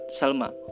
Salma